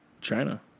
China